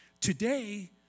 Today